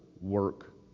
work